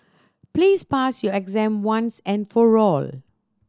please pass your exam once and for all